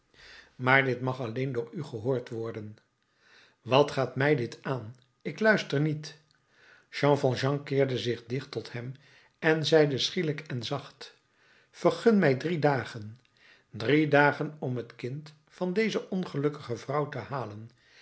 maar dit mag alleen door u gehoord worden wat gaat mij dit aan ik luister niet jean valjean keerde zich dicht tot hem en zeide schielijk en zacht vergun mij drie dagen drie dagen om het kind van deze ongelukkige vrouw te halen